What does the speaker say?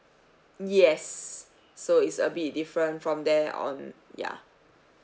yes so is a bit different from there on ya